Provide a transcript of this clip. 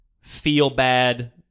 feel-bad